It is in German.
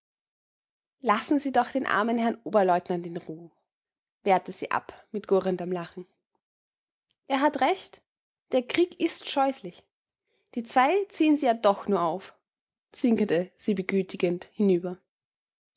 lassen sie doch den armen herrn oberleutnant in ruh wehrte sie ab mit gurrendem lachen er hat recht der krieg ist scheußlich die zwei ziehen sie ja doch nur auf zwinkerte sie begütigend hinüber